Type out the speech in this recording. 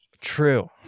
True